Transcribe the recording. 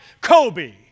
Kobe